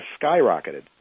skyrocketed